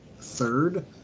third